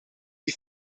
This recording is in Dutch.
die